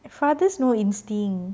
fathers no instinct